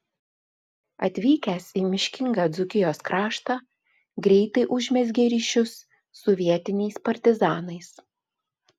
atvykęs į miškingą dzūkijos kraštą greitai užmezgė ryšius su vietiniais partizanais